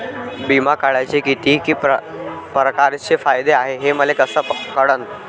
बिमा काढाचे कितीक परकारचे फायदे हाय मले कस कळन?